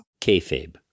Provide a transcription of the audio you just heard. Kayfabe